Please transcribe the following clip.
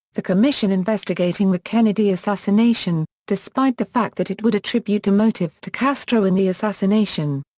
the commission investigating the kennedy assassination, despite the fact that it would attribute a motive to castro in the assassination.